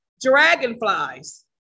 dragonflies